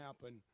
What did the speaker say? happen